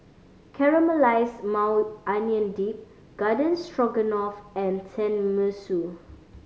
Caramelized Maui Onion Dip Garden Stroganoff and Tenmusu